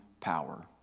power